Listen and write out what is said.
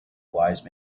wise